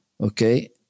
Okay